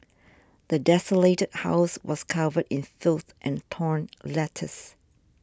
the desolated house was covered in filth and torn letters